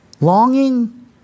longing